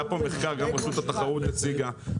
היה פה מחקר שרשות התחרות הציגה,